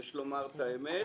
יש לומר את האמת,